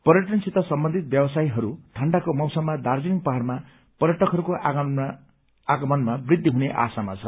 पर्यटनसित सम्बन्धित व्यवसायी ठण्डाको मौसममा दार्जीलिङ पर्यटकहरूको आगमनमा वृद्धि हुने आशामा छन्